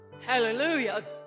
Hallelujah